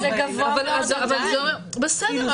------ בסדר,